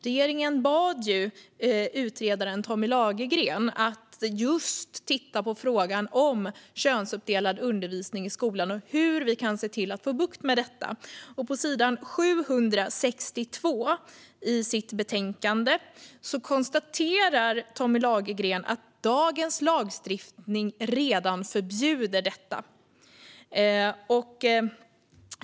Regeringen bad ju utredaren Tommy Lagergren att titta just på frågan om könsuppdelad undervisning i skolan och hur vi kan se till att få bukt med detta. På sidan 762 i sitt betänkande konstaterar Tommy Lagergren att dagens lagstiftning redan förbjuder detta.